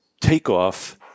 takeoff